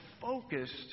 focused